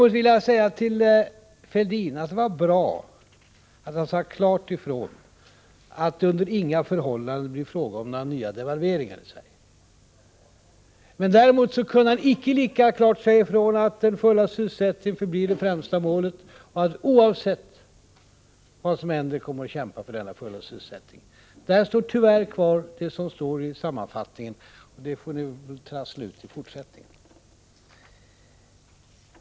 Jag vill säga till Fälldin att det var bra att han sade klart ifrån att det under inga förhållanden blir fråga om några nya devalveringar i Sverige. Däremot kunde han icke lika klart säga ifrån att den fulla sysselsättningen förblir det främsta målet och att man oavsett vad som händer kommer att kämpa för denna fulla sysselsättning. Där kvarstår tyvärr det som man kan läsa i sammanfattningen, och det får ni trassla ut i fortsättningen.